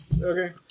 Okay